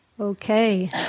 Okay